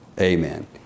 amen